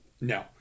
No